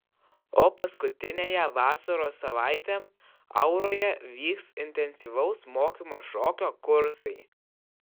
o paskutiniąją vasaros savaitę auroje vyks intensyvaus mokymo šokio kursai